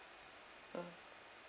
mm